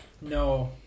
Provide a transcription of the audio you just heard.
no